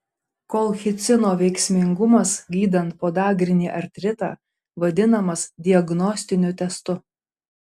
kolchicino veiksmingumas gydant podagrinį artritą vadinamas diagnostiniu testu